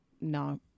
no